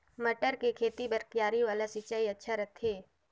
मटर के खेती बर क्यारी वाला सिंचाई अच्छा रथे?